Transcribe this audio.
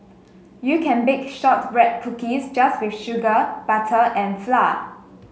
you can bake shortbread cookies just with sugar butter and flour